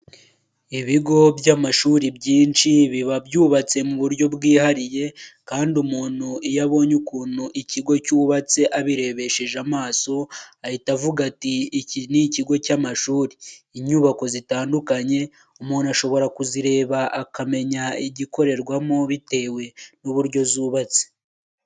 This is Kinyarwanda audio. Ibigo by'amashuri byinshi biba byubatse mu buryo bwihariye kandi umuntu iyo abonye ukuntu ikigo cyubatse abirebesheje amaso ahita avuga ati iki ni ikigo cy'amashuri; inyubako zitandukanye umuntu ashobora kuzireba akamenya igikorerwamo bitewe n'uburyo zubatse.